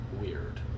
Weird